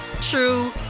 true